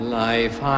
life